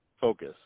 focus